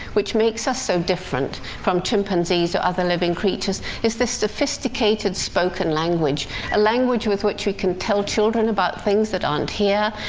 which makes us so different from chimpanzees or other living creatures, is this sophisticated spoken language a language with which we can tell children about things that aren't here.